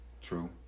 True